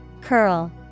Curl